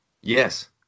yes